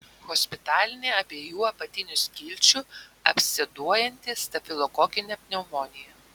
hospitalinė abiejų apatinių skilčių absceduojanti stafilokokinė pneumonija